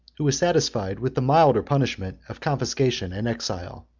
who was satisfied with the milder punishment of confiscation and exile.